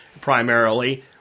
primarily –